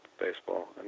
baseball